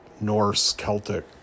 Norse-Celtic